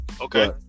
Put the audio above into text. Okay